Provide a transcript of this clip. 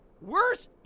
Worse